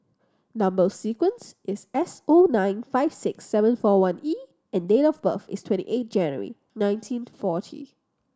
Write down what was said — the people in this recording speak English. number sequence is S O nine five six seven four one E and date of birth is twenty eight January nineteen forty